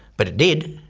but it did.